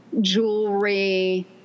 jewelry